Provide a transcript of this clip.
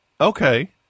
Okay